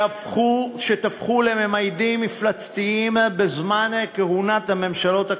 שתפחו לממדים מפלצתיים בזמן כהונת הממשלות הקודמות,